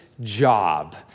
job